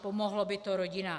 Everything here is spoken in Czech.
Pomohlo by to rodinám.